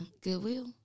Goodwill